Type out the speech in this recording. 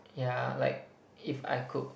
ya like if I could